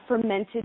fermented